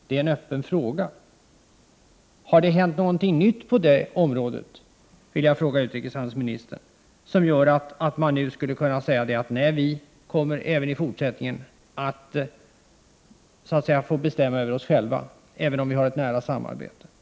Det är en öppen fråga.” Har det nu hänt något nytt på det området som gör att vi i Sverige kan säga att vi även i fortsättningen kommer att få bestämma över oss själva, även om vi har ett nära samarbete med EG?